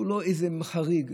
שהוא לא איזה חריג.